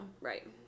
right